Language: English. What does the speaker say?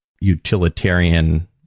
utilitarian